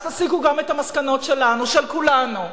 תסיקו גם את המסקנות שלנו, של כולנו.